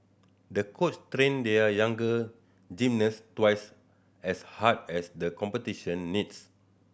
the coach trained their young gymnast twice as hard as the competition needs